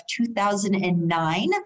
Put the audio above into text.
2009